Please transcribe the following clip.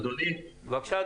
בבקשה,